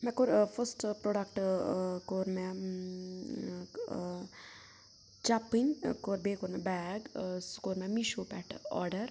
مےٚ کوٚر ٲں فٔرسٹہٕ پرٛوڈَکٹہٕ ٲں کوٚر مےٚ ٲں چَپٕنۍ ٲں کوٚر بیٚیہِ کوٚر بیٚیہِ مےٚ بیگ ٲں سُہ کوٚر مےٚ میٖشو پٮ۪ٹھ آرڈَر